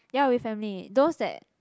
ya with family those that